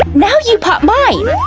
now you pop mine!